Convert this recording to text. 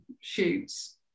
shoots